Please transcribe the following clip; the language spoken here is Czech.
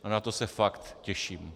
A na to se fakt těším.